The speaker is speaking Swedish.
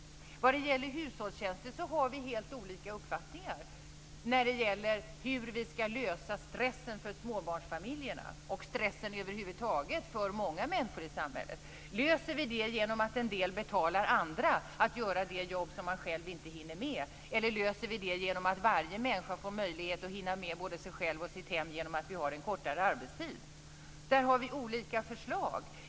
Vad gäller hushållstjänster har vi helt olika uppfattningar när det gäller hur vi ska lösa problemet med stressen för småbarnsfamiljerna och stressen över huvud taget för många människor i samhället. Löser vi det genom att en del betalar andra för att göra det jobb som man själv inte hinner med, eller löser vi det genom att varje människa får möjlighet att hinna med både sig själv och sitt hem genom en kortare arbetstid? Där har vi olika förslag.